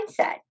mindset